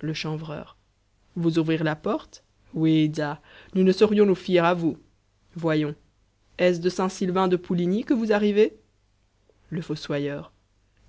le chanvreur vous ouvrir la porte oui-da nous ne saurions nous fier à vous voyons est-ce de saint sylvain de pouligny que vous arrivez le fossoyeur